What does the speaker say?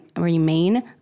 remain